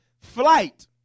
Flight